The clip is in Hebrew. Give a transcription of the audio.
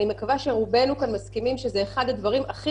אני מקווה שרוב האנשים כאן מסכימים שאחד הדברים הכי